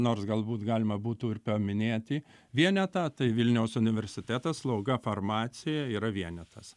nors galbūt galima būtų ir paminėti vienetą tai vilniaus universitetas slauga farmacija yra vienetas